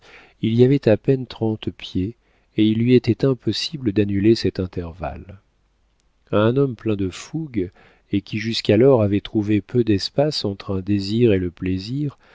il y avait à peine trente pieds et il lui était impossible d'annuler cet intervalle a un homme plein de fougue et qui jusqu'alors avait trouvé peu d'espace entre un désir et le plaisir